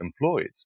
employed